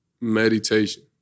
meditation